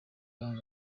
banga